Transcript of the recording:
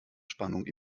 spannung